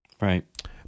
right